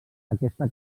aquesta